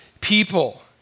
people